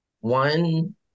one